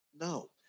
No